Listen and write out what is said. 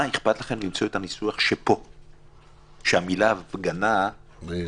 מה אכפת לכם למצוא את הניסוח פה שהמילה הפגנה --- מאיר,